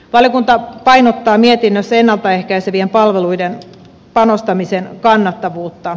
valiokunta painottaa mietinnössä ennalta ehkäisevien palveluiden panostamisen kannattavuutta